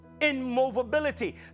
immovability